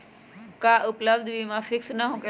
का उपलब्ध बीमा फिक्स न होकेला?